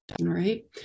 right